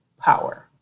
power